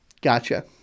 gotcha